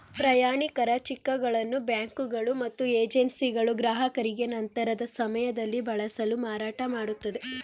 ಪ್ರಯಾಣಿಕರ ಚಿಕ್ಗಳನ್ನು ಬ್ಯಾಂಕುಗಳು ಮತ್ತು ಏಜೆನ್ಸಿಗಳು ಗ್ರಾಹಕರಿಗೆ ನಂತರದ ಸಮಯದಲ್ಲಿ ಬಳಸಲು ಮಾರಾಟಮಾಡುತ್ತದೆ